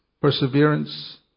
perseverance